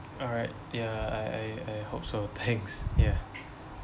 alright ya I I I hope so thanks yeah